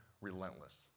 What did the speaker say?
relentless